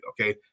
Okay